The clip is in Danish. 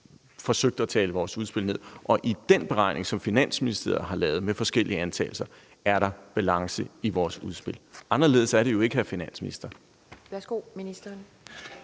forsøgt at tale vores udspil ned. Og i den beregning, som Finansministeriet har lavet med forskellige antagelser, er der balance i vores udspil. Anderledes er det jo ikke, hr. finansminister.